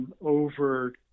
over